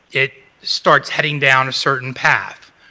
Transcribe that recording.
it starts heading down a certain path.